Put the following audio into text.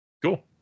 Cool